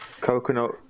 coconut